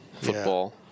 football